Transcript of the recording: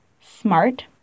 smart